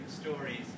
stories